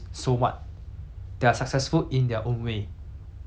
they work themselves up there then like I inspire then